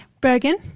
Bergen